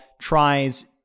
tries